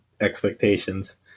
expectations